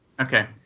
Okay